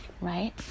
right